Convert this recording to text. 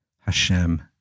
Hashem